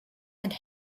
and